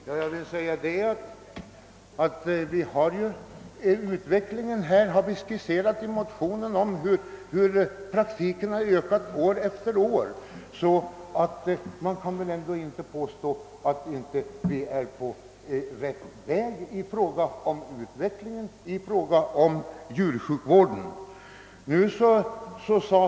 Herr talman! I motionen har vi skisserat utvecklingen och konstaterat att praktiken ökat år efter år. Ingen kan väl därför påstå, att vi inte är inne på rätt väg i fråga om djursjukvårdens utveckling.